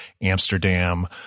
amsterdam